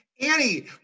Annie